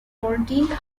fourteenth